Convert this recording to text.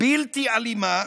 בלתי אלימה,